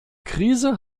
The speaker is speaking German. krise